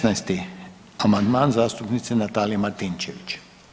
16. amandman zastupnice Natalije Martinčević.